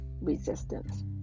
resistance